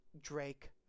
Drake